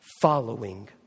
following